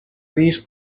these